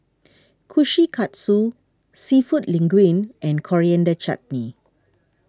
Kushikatsu Seafood Linguine and Coriander Chutney